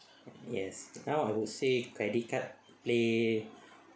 yes now I would say credit card play